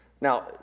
Now